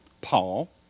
Paul